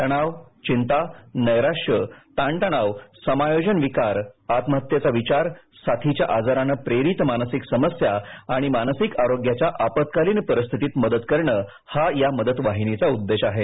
तणाव चिंता नैराश्य ताणतणाव समायोजन विकारआत्महत्येचा विचार साथीच्या आजाराने प्रेरित मानसिक समस्या आणि मानसिक आरोग्याच्या आपत्कालीन परिस्थितीत मदत करणे हा या मदतवाहिनीचा उद्देश आहे